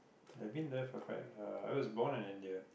I've been there for quite uh I was born in India